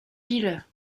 gilles